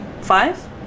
five